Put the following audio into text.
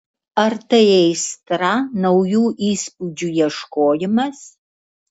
ar tai aistra naujų įspūdžių ieškojimas